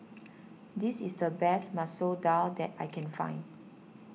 this is the best Masoor Dal that I can find